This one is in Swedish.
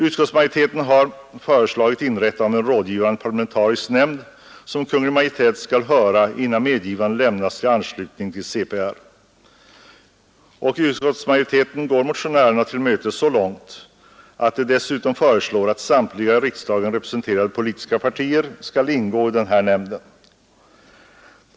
Utskottsmajoriteten har föreslagit inrättande av en rådgivande parlamentarisk nämnd som Kungl. Maj:t skall höra innan medgivande lämnas till anslutning till CPR. Utskottsmajoriteten går motionärerna till mötes så långt att den dessutom föreslår att samtliga i riksdagen representerade politiska partier skall ingå i denna nämnd.